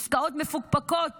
עסקאות מפוקפקות